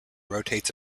rotates